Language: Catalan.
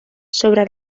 sobre